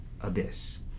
abyss